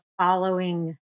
following